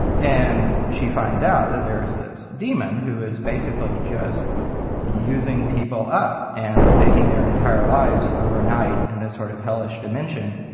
and she finds out that there is this demon, who is basically just using people up and taking their entire lives overnight, in this sort of hellish dimension,